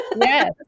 Yes